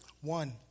One